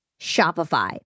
Shopify